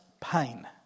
pain